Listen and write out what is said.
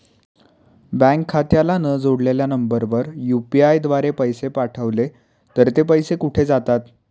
Bank खात्याला न जोडलेल्या नंबरवर यु.पी.आय द्वारे पैसे पाठवले तर ते पैसे कुठे जातात?